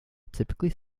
typically